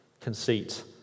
conceit